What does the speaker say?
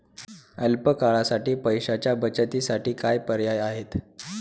अल्प काळासाठी पैशाच्या बचतीसाठी काय पर्याय आहेत?